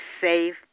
safe